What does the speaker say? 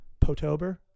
Potober